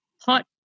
hot